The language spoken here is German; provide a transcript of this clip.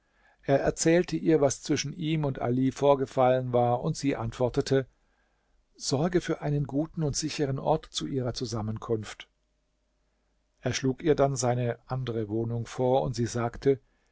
er erzählte ihr was zwischen ihm und ali vorgefallen war und sie antwortete sorge für einen guten und sicheren ort zu ihrer zusammenkunft er schlug ihr dann seine andere wohnung vor und sie sagte